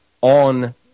on